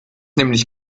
nämlich